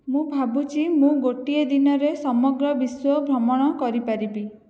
ମୁଁ ଭାବୁଛି ମୁଁ ଗୋଟିଏ ଦିନରେ ସମଗ୍ର ବିଶ୍ୱ ଭ୍ରମଣ କରିପାରିବି